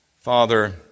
Father